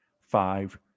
five